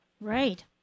Right